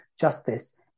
justice